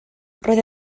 roedd